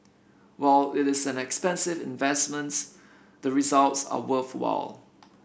while it is an expensive investments the results are worthwhile